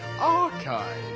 archive